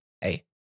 Hey